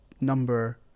number